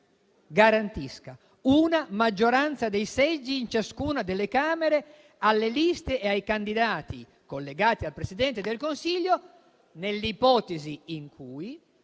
garantisca una maggioranza dei seggi in ciascuna delle Camere alle liste e ai candidati collegati al Presidente del Consiglio, nel rispetto del